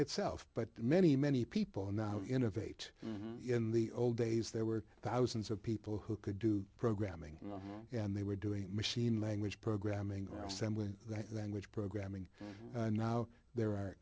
itself but many many people now innovate in the old days there were thousands of people who could do programming and they were doing machine language programming or assembly language programming and now there are